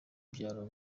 byaro